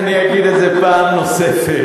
אני אגיד את זה פעם נוספת.